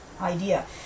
idea